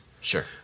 Sure